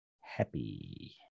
happy